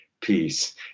peace